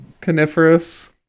coniferous